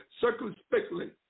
circumspectly